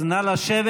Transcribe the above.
אז נא לשבת.